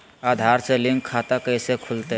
आधार से लिंक खाता कैसे खुलते?